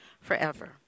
forever